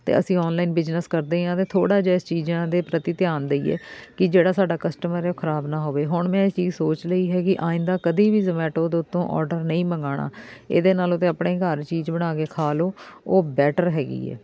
ਅਤੇ ਅਸੀਂ online business ਕਰਦੇ ਹਾਂ ਤਾਂ ਥੋੜ੍ਹਾ ਜਿਹਾ ਇਸ ਚੀਜ਼ਾਂ ਦੇ ਪ੍ਰਤੀ ਧਿਆਨ ਦੇਈਏ ਕਿ ਜਿਹੜਾ ਸਾਡਾ ਕਸਟਮਰ ਹੈ ਉਹ ਖ਼ਰਾਬ ਨਾ ਹੋਵੇ ਹੁਣ ਮੈਂ ਇਹ ਚੀਜ਼ ਸੋਚ ਲਈ ਹੈਗੀ ਆਇੰਦਾ ਕਦੀ ਵੀ ਜ਼ਮੈਟੋ ਦੇ ਉੱਤੋਂ ਔਡਰ ਨਹੀਂ ਮੰਗਾਉਣਾ ਇਹਦੇ ਨਾਲੋਂ ਤਾਂ ਆਪਣੇ ਘਰ ਚੀਜ਼ ਬਣਾ ਕੇ ਖਾ ਲਓ ਉਹ ਬੈਟਰ ਹੈਗੀ ਹੈ